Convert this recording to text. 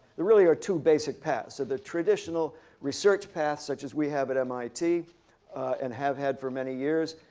there really are two basic paths, ah the traditional research path, such as we have at mit and have had for many years,